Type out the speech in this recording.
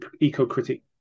eco-critic